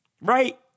Right